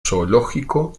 zoológico